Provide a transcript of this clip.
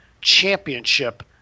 championship